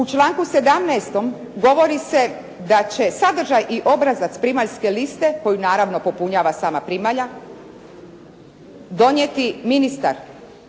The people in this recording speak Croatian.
U članku 17. govori se da će sadržaj i obrazac primaljske liste koju, naravno popunjava sama primalja donijeti ministar,